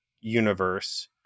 universe